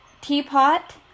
teapot